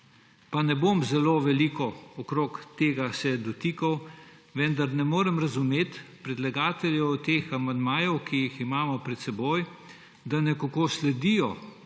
se ne bom zelo veliko tega dotikal, vendar ne morem razumeti predlagateljev amandmajev, ki jih imamo pred seboj, da nekako sledijo,